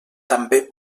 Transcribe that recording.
també